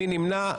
מי נמנע?